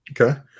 Okay